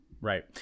right